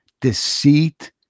deceit